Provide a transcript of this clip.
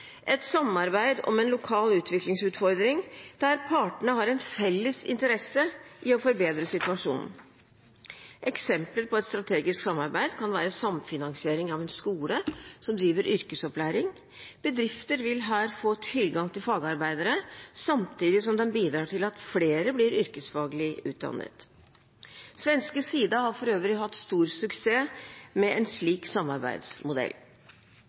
et samarbeid om en lokal utviklingsutfordring der partene har en felles interesse i å forbedre situasjonen. Et eksempel på et strategisk samarbeid kan være samfinansiering av en skole som driver yrkesopplæring. Bedrifter vil her få tilgang til fagarbeidere, samtidig som det bidrar til at flere blir yrkesfaglig utdannet. Svenske Sida har for øvrig hatt stor suksess med en slik samarbeidsmodell.